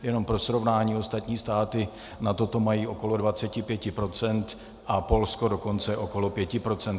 Jenom pro srovnání, ostatní státy na toto mají okolo 25 %, a Polsko dokonce okolo 5 %.